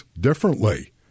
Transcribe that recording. differently